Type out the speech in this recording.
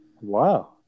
Wow